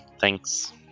Thanks